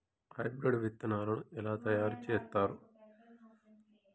Hybrid విత్తనాలను ఎలా తయారు చేస్తారు?